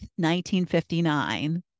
1959